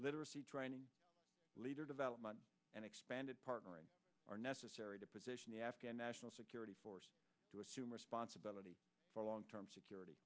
literacy training leader development and expanded partnering are necessary to position the afghan national security force to assume responsibility for long term security